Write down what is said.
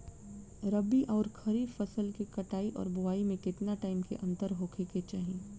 रबी आउर खरीफ फसल के कटाई और बोआई मे केतना टाइम के अंतर होखे के चाही?